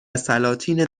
سلاطین